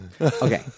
Okay